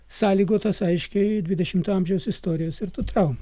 sąlygotas aiškiai dvidešimto amžiaus istorijos ir tų traumų